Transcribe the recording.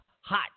hot